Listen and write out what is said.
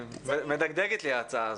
מדגדגת לי ההצעה הזאת,